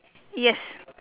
yes